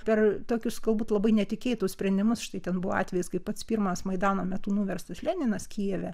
per tokius galbūt labai netikėtus sprendimus štai ten buvo atvejis kai pats pirmas maidano metu nuverstas leninas kijeve